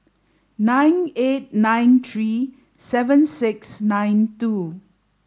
nine eight nine three seven six nine two